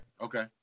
Okay